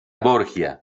borgia